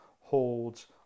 holds